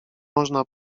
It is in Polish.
można